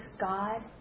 god